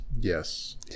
Yes